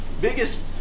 biggest